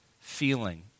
feeling